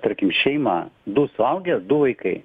tarkim šeima du suaugę du vaikai